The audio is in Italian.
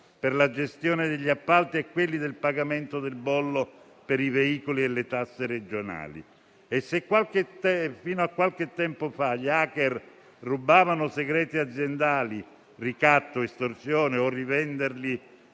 per la gestione degli appalti e del pagamento del bollo per i veicoli e delle tasse regionali. Se fino a qualche tempo fa gli *hacker* rubavano segreti aziendali per ricatto, estorsione o per rivenderli